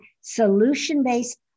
solution-based